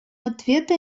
ответа